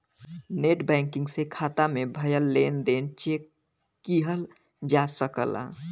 net banking से खाता में भयल लेन देन चेक किहल जा सकला